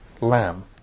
lamb